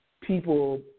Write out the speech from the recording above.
people